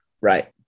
Right